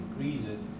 increases